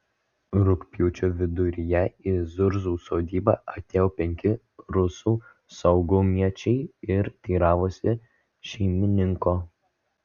rugpjūčio viduryje į zurzų sodybą atėjo penki rusų saugumiečiai ir teiravosi šeimininko